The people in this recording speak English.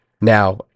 now